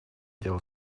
дело